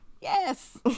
Yes